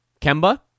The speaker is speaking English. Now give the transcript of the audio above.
Kemba